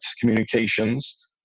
communications